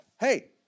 Hey